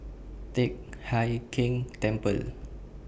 Teck Hai Keng Temple